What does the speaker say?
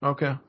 Okay